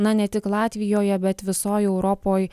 na ne tik latvijoje bet visoj europoj